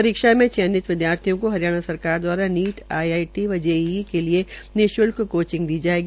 परीक्षा में चयनित विदयार्थियों को हरियाणा सरकार दवारा नीट आईआईटी एवं जेईई के लिए निशुल्क कोचिंग दी जाएगी